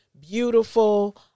beautiful